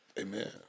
Amen